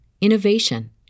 innovation